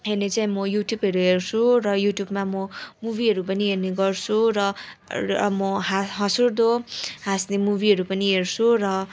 हेर्ने चाहिँ म युट्युबहरू हेर्छु र युट्युबमा म मुभीहरू पनि हेर्ने गर्छु र र म हाँ हाँसउठ्दो हाँस्ने मुभीहरू पनि हेर्छु र